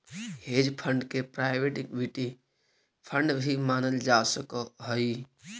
hedge fund के private equity fund भी मानल जा सकऽ हई